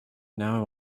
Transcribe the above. now